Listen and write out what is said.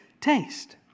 taste